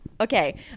Okay